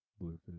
bluefish